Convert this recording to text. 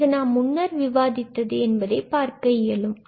நாம் இது முன்னர் விவாதித்தது என்பதை பார்க்க இயலும்